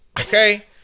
Okay